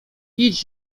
idź